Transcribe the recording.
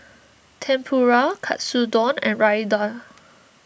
Tempura Katsudon and Raita